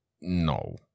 No